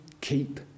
keep